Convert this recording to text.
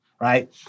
right